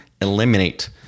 eliminate